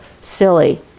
silly